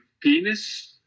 penis